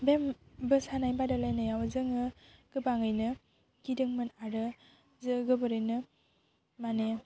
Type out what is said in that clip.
बे मोसानाय बादायलायनायाव जोङो गोबाङैनो गिदोंमोन आरो जों गोबोरैनो मानि